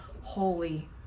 holy